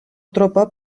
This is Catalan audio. tropa